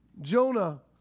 Jonah